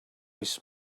oes